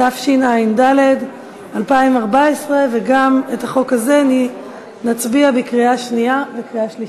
התשע"ד 2014. גם על החוק הזה נצביע בקריאה שנייה ובקריאה שלישית.